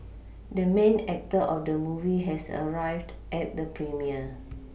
the main actor of the movie has arrived at the premiere